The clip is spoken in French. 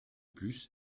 plus